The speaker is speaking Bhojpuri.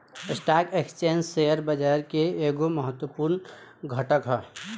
स्टॉक एक्सचेंज शेयर बाजार के एगो महत्वपूर्ण घटक ह